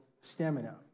stamina